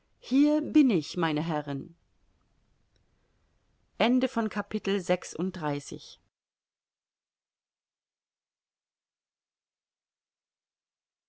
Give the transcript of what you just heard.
hier bin ich meine herren